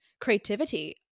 creativity